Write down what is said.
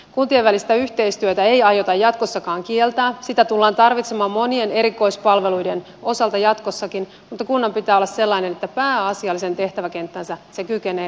kuntien välistä yhteistyötä ei aiota jatkossakaan kieltää sitä tullaan tarvitsemaan monien erikoispalveluiden osalta jatkossakin mutta kunnan pitää olla sellainen että pääasiallisen tehtäväkenttänsä se kykenee itse hoitamaan